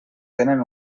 tenen